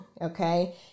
Okay